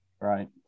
right